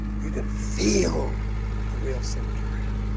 you can feel a real sinner's prayer